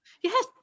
yes